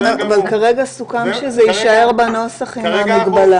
כרגע סוכם שזה יישאר בנוסח עם ההגבלה.